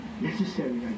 necessary